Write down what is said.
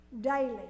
Daily